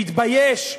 שיתבייש.